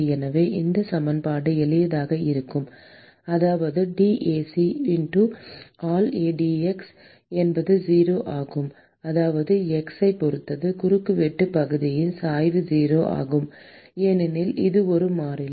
எனவே இந்த சமன்பாடு எளிமையாக இருக்கும் அதாவது dAc x ஆல் dx என்பது 0 ஆகும் அதாவது x ஐப் பொறுத்து குறுக்குவெட்டுப் பகுதியின் சாய்வு 0 ஆகும் ஏனெனில் இது ஒரு மாறிலி